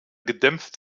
gedämpft